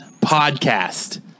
podcast